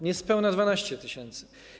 Niespełna 12 tys.